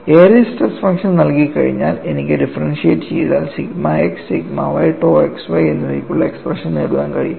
Airy's stress function നൽകികഴിഞ്ഞാൽ എനിക്ക് differentiate ചെയ്താൽ sigma x sigma y tau xy എന്നിവയ്ക്കുള്ള എക്സ്പ്രഷൻ നേടാനും കഴിയും